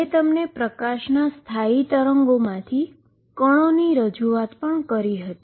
મેં તમને લાઈટના સ્થાયી તરંગોમાંથી પાર્ટીકલની રજૂઆત પણ કરી હતી